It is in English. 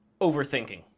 overthinking